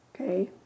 okay